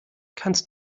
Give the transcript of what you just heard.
kannst